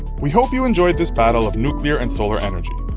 we hope you enjoyed this battle of nuclear and solar energy.